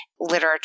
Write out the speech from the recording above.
Literature